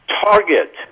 target